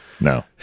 No